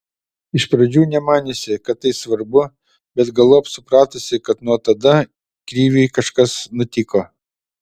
iš pradžių nemaniusi kad tai svarbu bet galop supratusi kad nuo tada kriviui kažkas nutiko